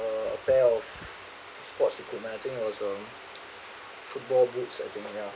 uh a pair of sports equipment I think it was a football boots I think yeah